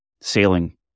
sailing